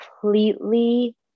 completely